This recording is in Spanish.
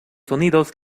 sonidos